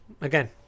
again